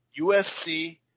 USC